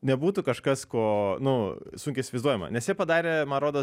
nebūtų kažkas ko nu sunkiai įsivaizduojama nes jie padarė man rodos